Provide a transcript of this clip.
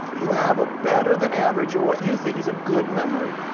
you have a better than average, or what you think is a good memory?